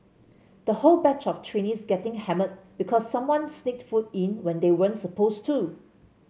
the whole batch of trainees getting hammered because someone sneaked food in when they weren't supposed to